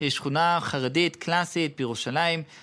שכונה חרדית קלאסית בירושלים